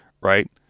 Right